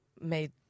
made